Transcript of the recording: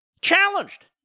challenged